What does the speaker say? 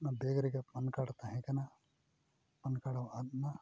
ᱚᱱᱟ ᱵᱮᱜᱽ ᱨᱮᱜᱮ pen card ᱛᱟᱦᱮᱸ ᱠᱟᱱᱟ ᱯᱮᱱ ᱠᱟᱨᱰ ᱦᱚᱸ ᱟᱫ ᱮᱱᱟ